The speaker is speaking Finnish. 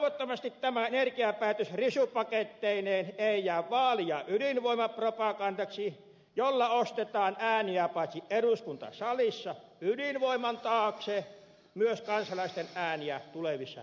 toivottavasti tämä energiapäätös risupaketteineen ei jää vaali ja ydinvoimapropagandaksi jolla ostetaan ääniä paitsi eduskuntasalissa ydinvoiman taakse myös kansalaisten ääniä tulevissa eduskuntavaaleissa